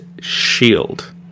shield